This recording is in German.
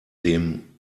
dem